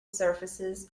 surfaces